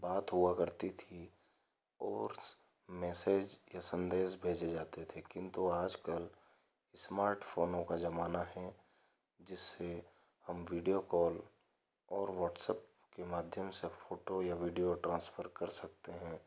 बात हुआ करती थी और मैसेज या संदेसह भेजे जाते थे किन्तु आज कल इस्मार्ट फ़ोनों का ज़माना है जिससे हम वीडियो कॉल और व्हाट्सऐप के माध्यम से फोटो या वीडियो ट्रांसफर कर सकते हैं